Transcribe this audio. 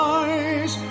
eyes